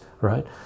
right